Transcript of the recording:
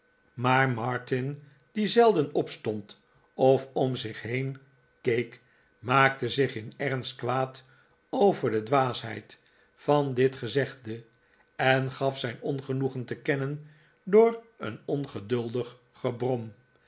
maar martin die zelden opstond of om zich heen keek maakte zich in ernst kwaad over de dwaasheid van dit gezegde en gaf zijn ongenoegen te kennen door een ongeduldig gebrom